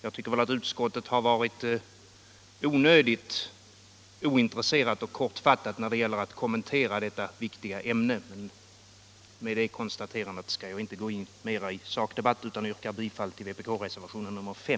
Jag tycker väl att utskottet varit onödigt ointresserat och kortfattat när det gäller att kommentera detta viktiga ämne, men efter det konstaterandet skall jag inte gå in på någon sakdebatt utan nöjer mig med att yrka bifall till vpk-reservationen 5.